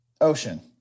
Ocean